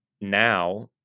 now